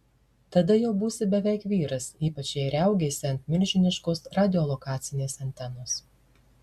tada jau būsi beveik vyras ypač jei riaugėsi ant milžiniškos radiolokacinės antenos